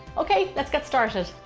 okay, let's get started.